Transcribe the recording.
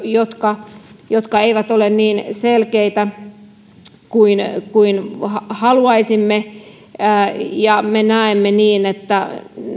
jotka jotka eivät ole niin selkeitä kuin kuin haluaisimme ja me näemme että